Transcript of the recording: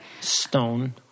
Stone